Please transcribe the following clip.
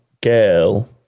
girl